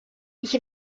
ich